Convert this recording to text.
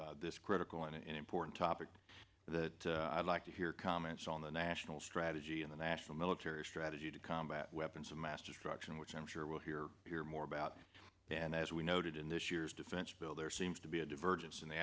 into this critical and important topic that i'd like to hear comments on the national strategy of the national military strategy to combat weapons of mass destruction which i'm sure we'll hear hear more about and as we noted in this year's defense bill there seems to be a divergence in the